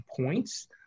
points